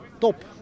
top